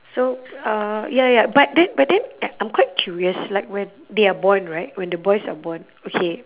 so uh ya ya but then but then like I'm quite curious like when they are born right when the boys are born okay